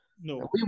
No